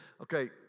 Okay